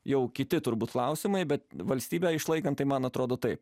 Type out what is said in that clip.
jau kiti turbūt klausimai bet valstybę išlaikant tai man atrodo taip